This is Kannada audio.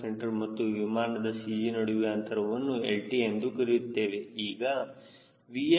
c ಮತ್ತು ವಿಮಾನದ CG ನಡುವೆ ಅಂತರವನ್ನು lt ಎಂದು ಕರೆಯುತ್ತೇವೆ